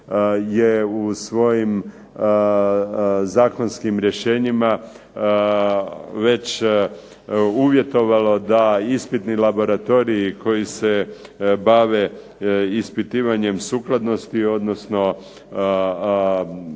je u svojim zakonskim rješenjima već uvjetovalo da ispitni laboratoriji koji se bave ispitivanjem sukladnosti, odnosno